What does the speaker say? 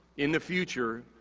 in the future,